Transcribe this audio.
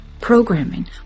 programming